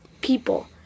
people